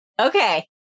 okay